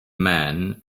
man